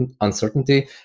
uncertainty